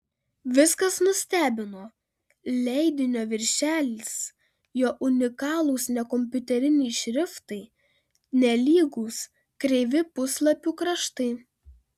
viskas nustebino leidinio viršelis jo unikalūs nekompiuteriniai šriftai nelygūs kreivi puslapių kraštai